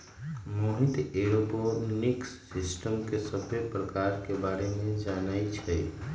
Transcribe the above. Mohit aeroponics system के सभ्भे परकार के बारे मे जानई छई